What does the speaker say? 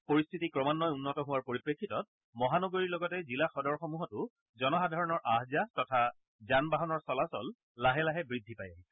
পৰিস্থিতি ক্ৰমান্বয়ে উন্নত হোৱাৰ পৰিপ্ৰেক্ষিতত মহানগৰীৰ লগতে জিলা সদৰসমূহতো জনসাধাৰণৰ আহ যাহ তথা যান বাহনৰ চলাচল লাহে লাহে বৃদ্ধি পাই আহিছে